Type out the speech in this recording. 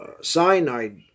cyanide